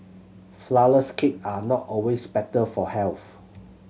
flourless cake are not always better for health